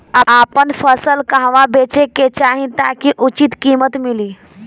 आपन फसल कहवा बेंचे के चाहीं ताकि उचित कीमत मिली?